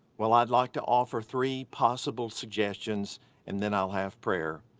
well i'd like to offer three possible suggestions, and then i'll have prayer.